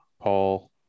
Paul